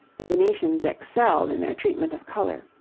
the venetians excelled in their treatment of colour.